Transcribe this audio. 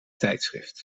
tijdschrift